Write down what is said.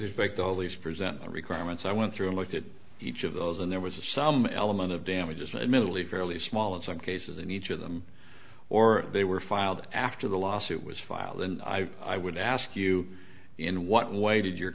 these present requirements i went through and looked at each of those and there was some element of damages middle east fairly small in some cases in each of them or they were filed after the lawsuit was filed and i i would ask you in what way did your